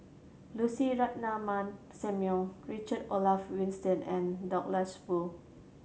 Lucy Ratnammah Samuel Richard Olaf Winstedt and Douglas Foo